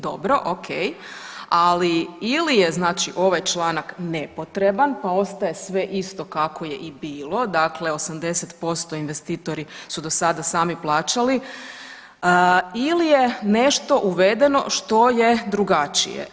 Dobro, okej, ali ili je znači ovaj članak nepotreban, pa ostaje sve isto kako je i bilo, dakle 80% investitori su do sada sami plaćali ili je nešto uvedeno što je drugačije.